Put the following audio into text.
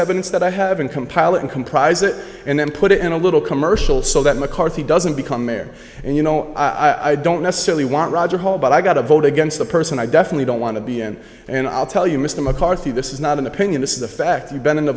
evidence that i have been compiling comprises and then put it in a little commercial so that mccarthy doesn't become mayor and you know i don't necessarily want roger hall but i got to vote against the person i definitely don't want to be in and i'll tell you mr mccarthy this is not an opinion this is a fact you've been in the